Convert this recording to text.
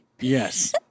Yes